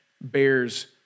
bears